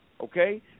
okay